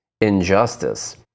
injustice